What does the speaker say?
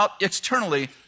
externally